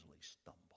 stumble